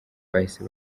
bahise